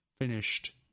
finished